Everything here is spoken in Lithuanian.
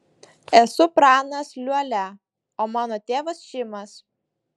esu pranas liuolia o mano tėvas šimas